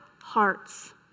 hearts